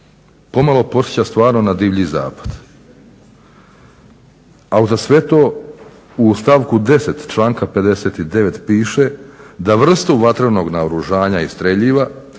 pomalo podsjeća stvarno na divlji zapad. A uza sve to u stavku 10. članka 59. piše da vrstu vatrenog naoružanja i streljiva